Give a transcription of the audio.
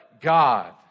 God